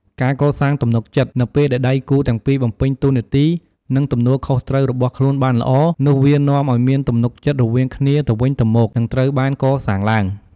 ការកសាងទំនុកចិត្ត នៅពេលដែលដៃគូទាំងពីរបំពេញតួនាទី និងទំនួលខុសត្រូវរបស់ខ្លួនបានល្អ នោះវានាំអោយមានទំនុកចិត្តរវាងគ្នាទៅវិញទៅមកនឹងត្រូវបានកសាងឡើង។